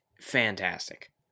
fantastic